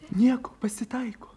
nieko pasitaiko